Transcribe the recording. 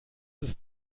ist